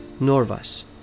Norvas